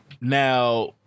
Now